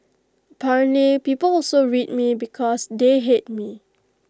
apparently people also read me because they hate me